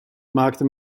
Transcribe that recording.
maakte